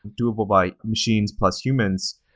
doable by machines plus humans,